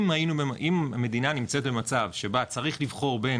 אם המדינה נמצאת במצב שבו צריך למצוא בין